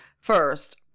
First